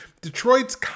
Detroit's